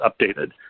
updated